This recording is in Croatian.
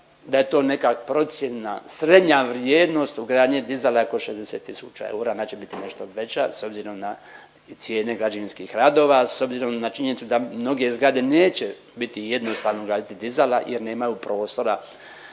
da je to neka procjena srednja vrijednost ugradnje dizala oko 60 tisuća eura, ona će biti nešto veća s obzirom na cijene građevinskih radova, s obzirom na činjenicu da mnoge zgrade neće biti jednostavno ugraditi dizala jer nemaju prostora